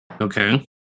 Okay